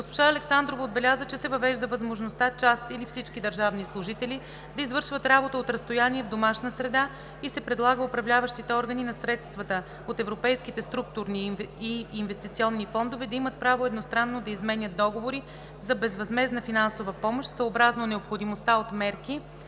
Госпожа Александрова отбеляза, че се въвежда възможността част или всички държавни служители да извършват работа от разстояние в домашна среда и се предлага управляващите органи на средствата от Европейските структурни и инвестиционни фондове да имат право едностранно да изменят договори за безвъзмездна финансова помощ съобразно необходимостта от мерки